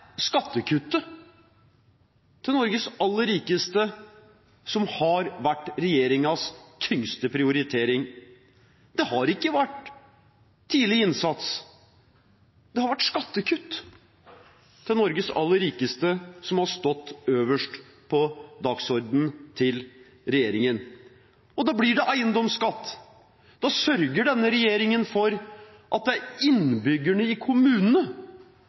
skattekuttet til Norges aller rikeste som har vært regjeringens tyngste prioritering. Det har ikke vært tidlig innsats. Det har vært skattekutt til Norges aller rikeste som har stått øverst på regjeringens dagsorden. Da blir det eiendomsskatt. Da sørger denne regjeringen for at det er innbyggerne i kommunene